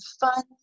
fun